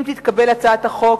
אם תתקבל הצעת החוק,